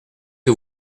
que